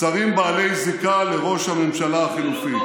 שרים בעלי זיקה לראש הממשלה החלופי,